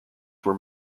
where